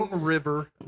River